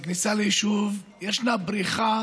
בכניסה ליישוב יש בריכה